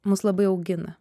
mus labai augina